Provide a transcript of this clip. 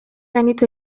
gainditu